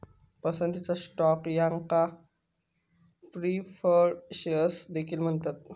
पसंतीचा स्टॉक याका preferred shares देखील म्हणतत